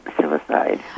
Suicide